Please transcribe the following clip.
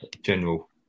general